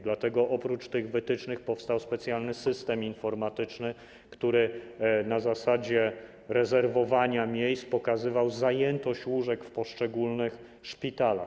Dlatego oprócz tych wytycznych powstał specjalny system informatyczny, który na zasadzie rezerwowania miejsc pokazywał zajętość łóżek w poszczególnych szpitalach.